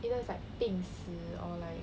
either is like 病死 or like